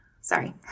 Sorry